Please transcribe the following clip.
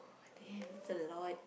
oh damn that's a lot